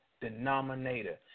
denominator